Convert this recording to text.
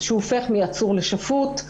כשהוא הופך מעצור לשפוט,